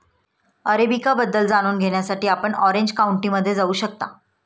arabica बद्दल जाणून घेण्यासाठी आपण ऑरेंज काउंटीमध्ये जाऊ शकता